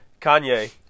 Kanye